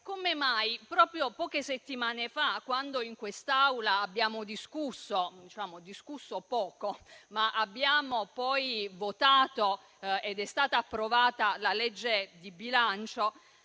come mai proprio poche settimane fa, quando in quest'Aula abbiamo discusso - anche se per poco - e abbiamo poi votato ed è stata approvata la legge di bilancio,